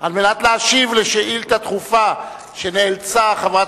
על מנת להשיב על שאילתא דחופה שנאלצה חברת